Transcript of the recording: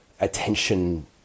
attention